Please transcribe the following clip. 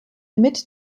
mit